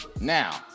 Now